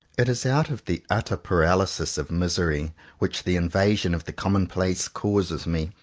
it is out of the utter paralysis of misery which the invasion of the commonplace causes me,